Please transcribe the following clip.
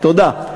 תודה.